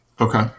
okay